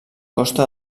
costa